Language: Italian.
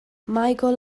michael